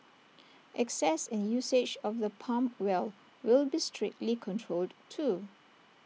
access and usage of the pump well will be strictly controlled too